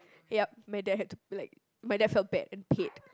ya matter have to play matter help pay and paid